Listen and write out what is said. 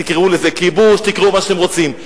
תקראו לזה כיבוש, תקראו מה שאתם רוצים.